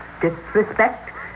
Disrespect